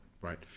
Right